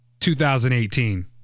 2018